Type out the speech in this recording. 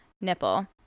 nipple